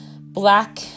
black